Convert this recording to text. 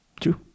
True